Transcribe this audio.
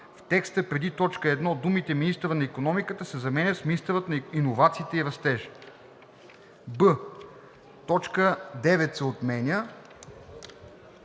в текста преди т. 1 думите „Министърът на икономиката“ се заменят с „Министърът на иновациите и растежа“; б) точка 9 се отменя.